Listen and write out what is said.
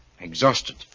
Exhausted